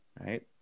right